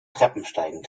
treppensteigen